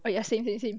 ya same same same